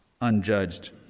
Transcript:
unjudged